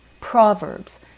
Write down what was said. Proverbs